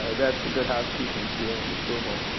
that's a good housekeeping seal of approval.